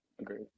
agreed